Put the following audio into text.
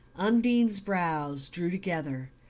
undine's brows drew together,